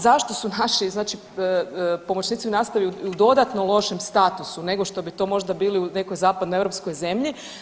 Zašto su naši pomoćnici u nastavi u dodatno lošem statusu nego što bi to možda bili u nekoj zapadnoeuropskoj zemlji?